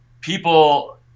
people